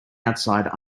outside